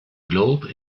globe